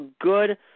good